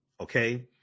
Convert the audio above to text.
okay